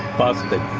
busted!